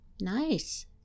Nice